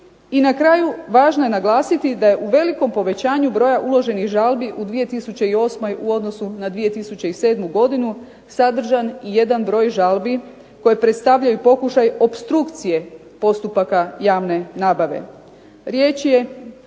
I na kraju važno je naglasiti da je u velikom povećanju broja uloženih žalbi u 2008. u odnosu na 2007. godinu sadržan i jedan broj žalbi koje predstavljaju pokušaj opstrukcije postupaka javne nabave. Riječ je,